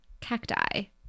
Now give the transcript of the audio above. cacti